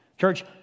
Church